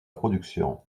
production